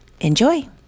Enjoy